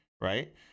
right